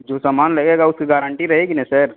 جو سامان لگے گا اس کی گارنٹی رہے گی نا سر